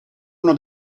uno